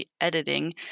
editing